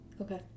Okay